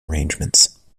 arrangements